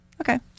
Okay